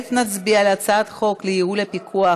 כעת נצביע על הצעת חוק לייעול הפיקוח